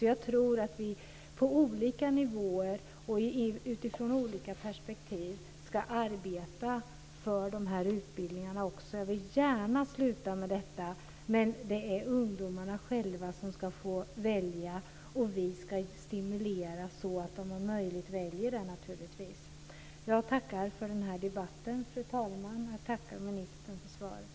Jag tror att vi på olika nivåer och utifrån olika perspektiv ska arbeta för dessa utbildningar. Men jag vill gärna avsluta med att det är ungdomarna själva som ska välja, och vi ska stimulera dem så att de om möjligt väljer teknik och naturvetenskap. Fru talman! Jag tackar för den här debatten. Jag tackar ministern för svaret.